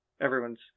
everyone's